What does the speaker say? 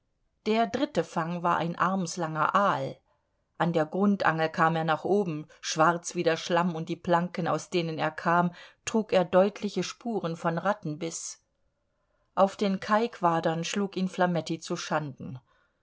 der dritte fang war ein armslanger aal an der grundangel kam er nach oben schwarz wie der schlamm und die planken aus denen er kam trug er deutliche spuren von rattenbiß auf den kaiquadern schlug ihn flametti zu